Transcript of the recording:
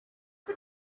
but